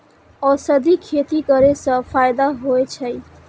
औषधि खेती करे स फायदा होय अछि?